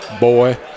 boy